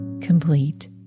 complete